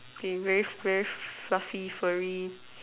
they very very fluffy furry